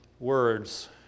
Words